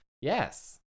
Yes